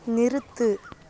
நிறுத்து